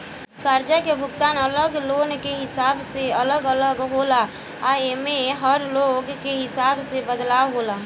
कर्जा के भुगतान अलग लोन के हिसाब से अलग अलग होला आ एमे में हर लोन के हिसाब से बदलाव होला